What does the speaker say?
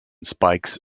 spikes